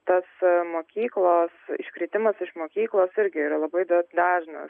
tas mokyklos iškritimas iš mokyklos irgi yra labai dažnas